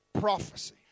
prophecy